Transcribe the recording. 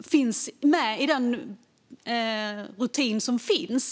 finns med i den rutin som finns.